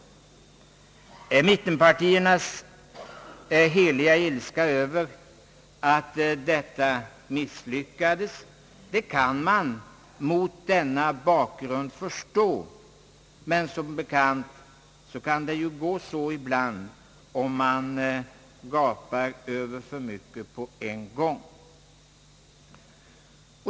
Mittenpartiernas heliga ilska över att detta misslyckades kan man mot denna bakgrund förstå, men som bekant kan det gå så ibland, om man gapar över för mycket på en gång.